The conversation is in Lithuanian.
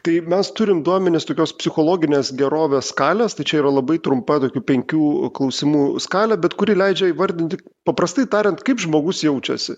tai mes turim duomenis tokios psichologinės gerovės skalės tai čia yra labai trumpa tokių penkių klausimų skalė bet kuri leidžia įvardinti paprastai tariant kaip žmogus jaučiasi